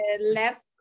left